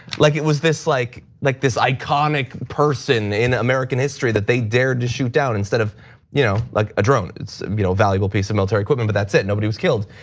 like it was this like like this iconic person in american history that they dared to shoot down instead of you know like a drone. it's a you know valuable piece of military equipment but that's it. nobody was killed.